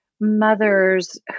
mothers